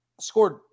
scored